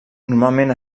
normalment